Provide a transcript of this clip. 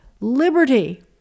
liberty